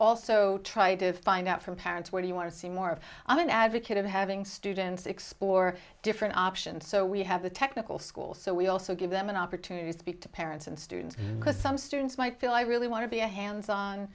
also try to find out from parents what do you want to see more of i'm an advocate of having students explore different options so we have the schools so we also give them an opportunity to speak to parents and students because some students might feel i really want to be a hands on